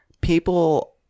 People